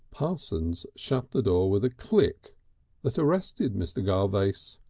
parsons shut the door with a click that arrested mr. garvace. so